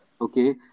Okay